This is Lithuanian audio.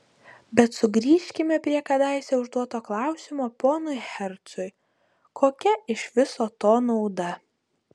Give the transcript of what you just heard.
bet sugrįžkime prie kadaise užduoto klausimo ponui hercui kokia iš viso to nauda